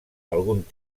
algun